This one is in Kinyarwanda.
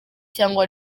cyangwa